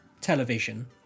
television